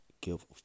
give